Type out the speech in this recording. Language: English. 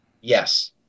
Yes